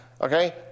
Okay